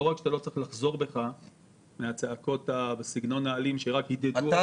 לא רק שאתה לא צריך לחזור בך מהצעקות בסגנון האלים שרק --- אתה